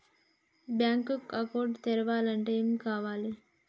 Bank account తెరవాలంటే ఏమేం కావాలి?